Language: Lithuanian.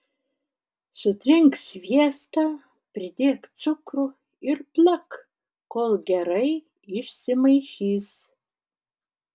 sutrink sviestą pridėk cukrų ir plak kol gerai išsimaišys